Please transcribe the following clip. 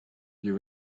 you